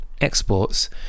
exports